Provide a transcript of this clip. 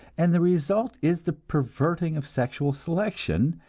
and the result is the perverting of sexual selection,